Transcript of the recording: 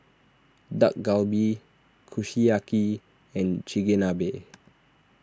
Dak Galbi Kushiyaki and Chigenabe